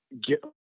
get